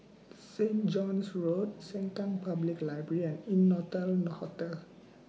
Saint John's Road Sengkang Public Library and Innotel Hotel